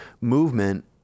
movement